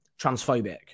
transphobic